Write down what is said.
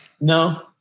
No